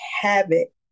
habit